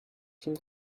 him